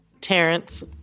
Terrence